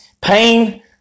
pain